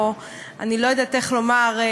או אני לא יודעת איך לומר,